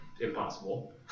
impossible